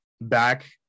back